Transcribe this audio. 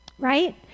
right